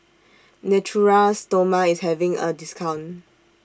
Natura Stoma IS having A discount